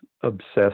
obsessed